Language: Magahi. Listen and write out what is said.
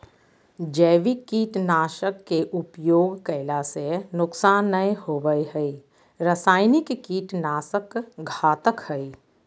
जैविक कीट नाशक के उपयोग कैला से नुकसान नै होवई हई रसायनिक कीट नाशक घातक हई